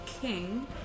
king